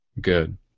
good